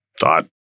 thought